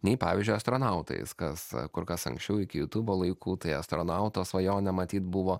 nei pavyzdžiui astronautais kas kur kas anksčiau iki jutūbo laikų tai astronauto svajonė matyt buvo